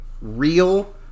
real